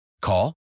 Call